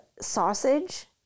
sausage